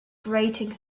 grating